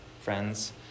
friends